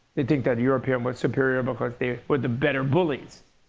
they think that european were superior because they were the better bullies.